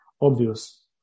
obvious